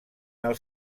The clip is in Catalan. els